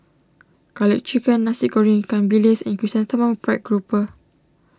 Garlic Chicken Nasi Goreng Ikan Bilis and Chrysanthemum Fried Grouper